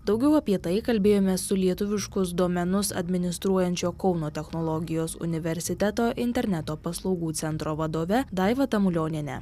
daugiau apie tai kalbėjomės su lietuviškus domenus administruojančio kauno technologijos universiteto interneto paslaugų centro vadove daiva tamulioniene